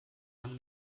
man